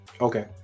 okay